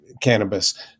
cannabis